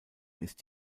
ist